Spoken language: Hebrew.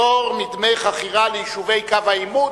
פטור מדמי חכירה ליישובי קו עימות).